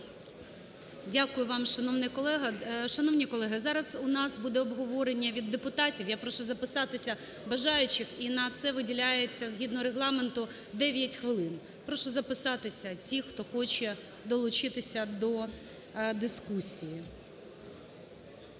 колего. Шановні колеги, зараз у нас буде обговорення від депутатів. Я прошу записатися бажаючих. І на це виділяється, згідно Регламенту, 9 хвилин. Прошу записатися ті, хто хоче долучитися до дискусії.